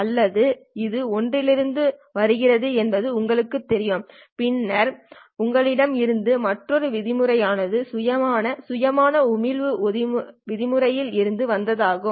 அல்லது இது ஒன்றிலிருந்து வருகிறது என்பது உங்களுக்குத் தெரியும் பின்னர் உங்களிடம் இருந்த மற்றொரு விதிமுறை ஆனது சுயமான சுயமான உமிழ்வு விதிமுறையில் இருந்து வந்தது ஆகும்